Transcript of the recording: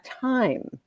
time